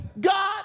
God